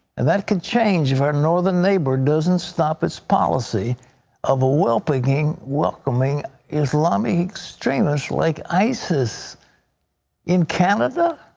and that could change if our northern neighbor doesn't stop its policy of welcoming welcoming islamic extremists like isis in canada.